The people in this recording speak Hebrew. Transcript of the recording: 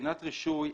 לבחינת רישוי,